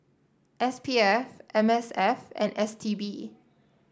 S P F M S F and S T B